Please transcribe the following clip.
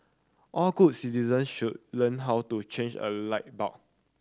all good citizens should learn how to change a light bulb